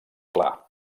clar